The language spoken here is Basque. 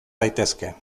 daitezke